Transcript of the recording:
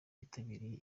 yitabiriye